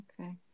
Okay